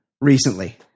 recently